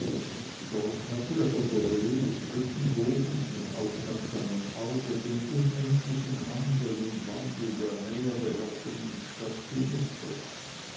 dort hatte er von der höhe des brückenbogens mit aufmerksamem auge den unendlichen handel und wandel der meerbeherrschenden stadt gemustert